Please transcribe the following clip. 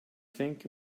think